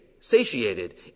satiated